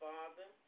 Father